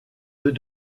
deux